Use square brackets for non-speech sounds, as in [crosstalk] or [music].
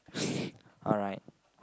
[breath] alright